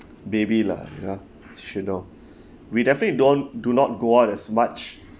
baby lah you know should know we definitely don't do not go out as much